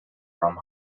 from